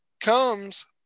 comes